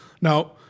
Now